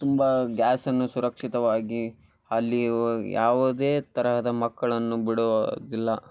ತುಂಬ ಗ್ಯಾಸನ್ನು ಸುರಕ್ಷಿತವಾಗಿ ಅಲ್ಲಿಯೂ ಯಾವುದೇ ತರಹದ ಮಕ್ಕಳನ್ನು ಬಿಡುವುದಿಲ್ಲ